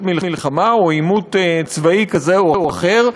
מלחמה או פורץ עימות צבאי כזה או אחר,